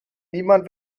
niemand